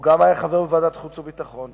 הוא גם היה חבר ועדת החוץ והביטחון,